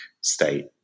state